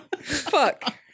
Fuck